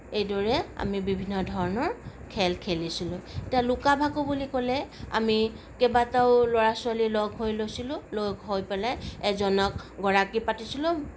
এইদৰে আমি বিভিন্ন ধৰণৰ খেল খেলিছিলোঁ এতিয়া লুকা ভাকু বুলি ক'লে আমি কেইবাটাও ল'ৰা ছোৱালী লগ হৈ লৈছিলোঁ লগ হৈ পেলাই এজনক গৰাকী পাতিছিলোঁ